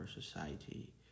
society